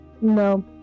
No